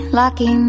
lucky